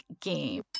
game